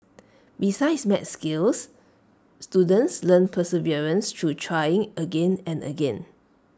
besides maths skills students learn perseverance through trying again and again